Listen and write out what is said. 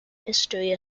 history